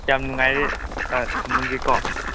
ꯌꯥꯝ ꯅꯨꯡꯉꯥꯏꯔꯦ ꯑꯥ ꯊꯝꯂꯒꯦꯀꯣ